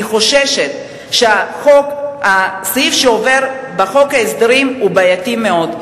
אני חוששת שהסעיף שעובר בחוק ההסדרים הוא בעייתי מאוד,